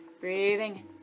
Breathing